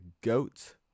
goat